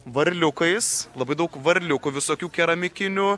varliukais labai daug varliukų visokių keramikinių